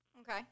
Okay